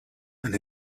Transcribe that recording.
and